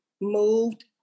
moved